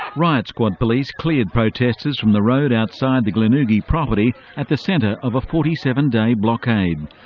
right squad police cleared protesters from the road outside the glenugie property at the centre of a forty seven day blockade.